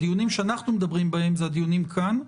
הדיונים שאנחנו מדברים בהם זה הדיונים כאן.